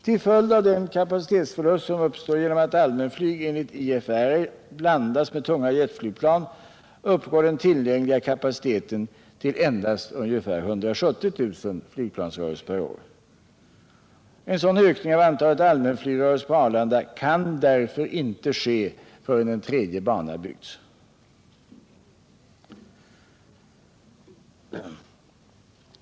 Till följd av den kapacitetsförlust som uppstår genom att allmänflyg enligt IFR blandas med tunga jetflygplan uppgår den tillgängliga kapaciteten till endast ca 170 000 flygplansrörelser per år. En sådan ökning av antalet allmänflygrörelser på Arlanda kan därför inte ske förrän en tredje bana byggts.